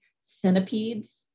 centipedes